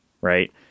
right